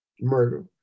murder